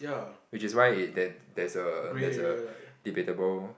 which is why it there there's a there's a debatable